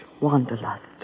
wanderlust